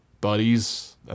buddies